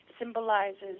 symbolizes